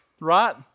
right